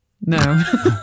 no